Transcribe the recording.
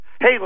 Hey